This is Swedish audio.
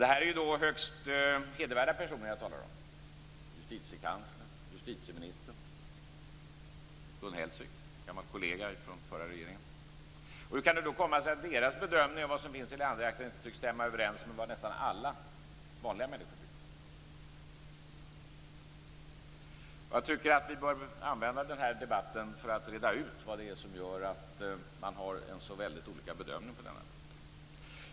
Det här är ju högst hedervärda personer som jag talar om: justitiekanslern, justitieministern och Gun Hellsvik, en gammal kollega från den förra regeringen. Hur kan det då komma sig att deras bedömning av vad som finns i Leanderakten inte tycks stämma överens med vad nästan alla vanliga människor tycker? Jag tycker att vi bör använda den här debatten till att reda ut vad det är som gör att man har så väldigt olika bedömning på denna punkt.